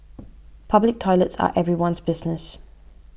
public toilets are everyone's business